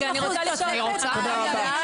תודה רבה.